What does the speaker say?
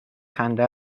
خنده